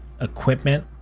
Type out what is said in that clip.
equipment